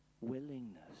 willingness